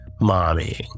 Mommy